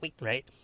right